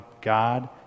God